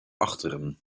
achteren